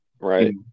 right